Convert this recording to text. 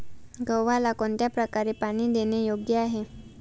गव्हाला कोणत्या प्रकारे पाणी देणे योग्य आहे?